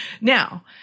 Now